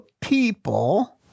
people